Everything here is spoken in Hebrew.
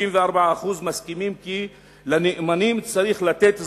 54% מסכימים כי לנאמנים צריך לתת זכויות,